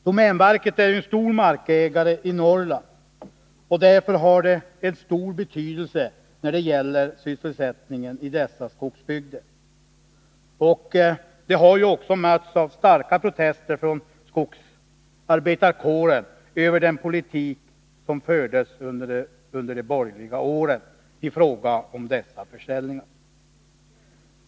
Domänverket är ju en stor markägare i Norrland och har stor betydelse när det gäller sysselsättningen i dessa skogsbygder. Därför har från skogsarbetarkåren starka protester höjts över den politik som under de borgerliga åren fördes i fråga om dessa försäljningar.